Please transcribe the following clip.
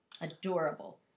adorable